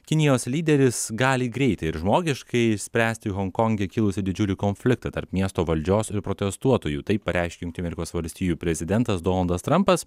kinijos lyderis gali greitai ir žmogiškai išspręsti honkonge kilusį didžiulį konfliktą tarp miesto valdžios ir protestuotojų taip pareiškė jungtinių amerikos valstijų prezidentas donaldas trampas